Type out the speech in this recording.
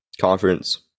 conference